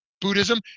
Buddhism